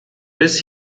bis